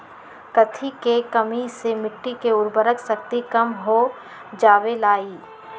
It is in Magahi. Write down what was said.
कथी के कमी से मिट्टी के उर्वरक शक्ति कम हो जावेलाई?